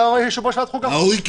אתה יושב-ראש ועדת החוקה --- ראוי,